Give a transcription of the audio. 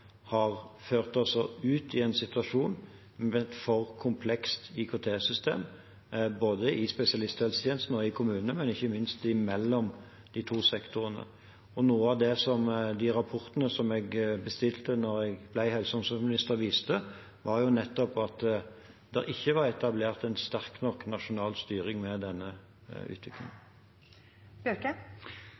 har ført oss ut i en situasjon med et for komplekst IKT-system, både i spesialisthelsetjenesten og i kommunene, men ikke minst mellom de to sektorene. Noe av det som de rapportene som jeg bestilte da jeg ble helse- og omsorgsminister, viste, var nettopp at det ikke var etablert en sterk nok nasjonal styring med denne